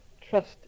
trust